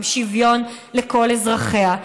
עם שוויון לכל אזרחיה.